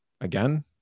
again